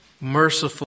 merciful